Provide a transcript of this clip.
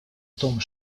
том